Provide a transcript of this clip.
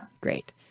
great